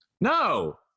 No